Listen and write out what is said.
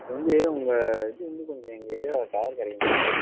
இப்போ வந்து உங்கள் இது வந்து கொஞ்சம் எங்கள் ஏரியாவில் டவர் கிடைக்க மாட்டேங்குது